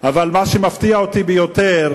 אבל מה שמפתיע אותי ביותר,